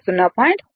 0